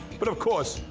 but of course,